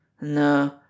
No